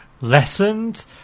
lessened